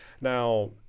Now